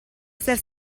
essere